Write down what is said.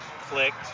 clicked